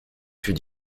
fut